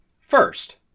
First